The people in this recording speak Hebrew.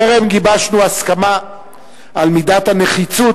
טרם גיבשנו הסכמה על מידת הנחיצות